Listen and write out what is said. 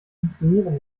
funktionieren